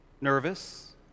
nervous